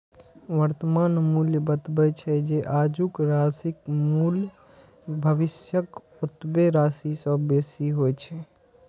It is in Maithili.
वर्तमान मूल्य बतबै छै, जे आजुक राशिक मूल्य भविष्यक ओतबे राशि सं बेसी होइ छै